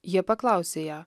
jie paklausė ją